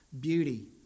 beauty